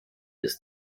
ist